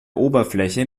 oberfläche